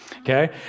Okay